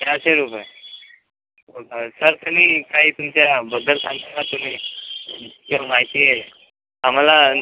चारशे रुपये सर तुम्ही काही तुमच्याबद्दल सांगता का तुम्ही काय माहिती आहे आम्हाला